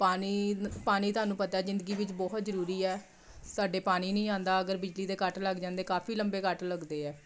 ਪਾਣੀ ਪਾਣੀ ਤੁਹਾਨੂੰ ਪਤਾ ਜ਼ਿੰਦਗੀ ਵਿੱਚ ਬਹੁਤ ਜ਼ਰੂਰੀ ਹੈ ਸਾਡੇ ਪਾਣੀ ਨਹੀਂ ਆਉਂਦਾ ਅਗਰ ਬਿਜਲੀ ਦੇ ਕੱਟ ਲੱਗ ਜਾਂਦੇ ਕਾਫੀ ਲੰਬੇ ਕੱਟ ਲੱਗਦੇ ਆ